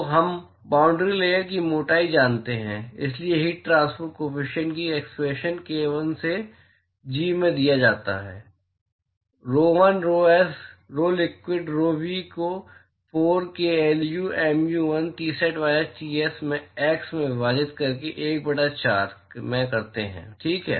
तो हम boundary layer की मोटाई जानते हैं इसलिए हीट ट्रांसपोर्ट काॅफिशियंट के लिए एक्सप्रेशन k l से g में दिया जाता है rho l rho s rho liquid rho v को 4 k l mu l Tsat minus Ts से x में विभाजित करके 1 बटा 4 ठीक है